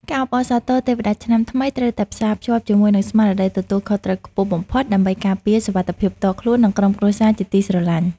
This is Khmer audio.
ការអបអរសាទរទេវតាឆ្នាំថ្មីត្រូវតែផ្សារភ្ជាប់ជាមួយនឹងស្មារតីទទួលខុសត្រូវខ្ពស់បំផុតដើម្បីការពារសុវត្ថិភាពផ្ទាល់ខ្លួន និងក្រុមគ្រួសារជាទីស្រឡាញ់។